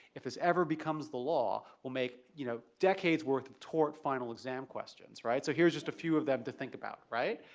if this ever becomes the law, will make you know decade's worth of tort final exam questions, right. so here's just a few of them to think about, right.